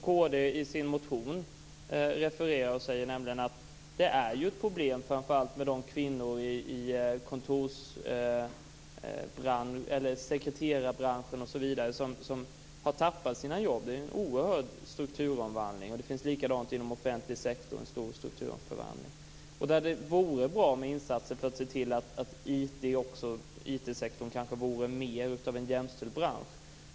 Kd framhåller i sin motion att framför allt de kvinnor i sekreterarbranschen osv. som har tappat sina jobb har det problematiskt. Det är fråga om en oerhörd strukturomvandling. Det sker likaså en stor strukturomvandling inom offentlig sektor. Det vore bra med insatser för att se till att IT-sektorn blir en mer jämställd bransch.